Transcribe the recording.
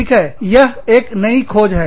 ठीक है यह एक नई खोज है